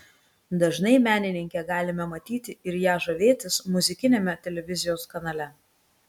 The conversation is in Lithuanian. dažnai menininkę galime matyti ir ja žavėtis muzikiniame televizijos kanale